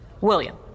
William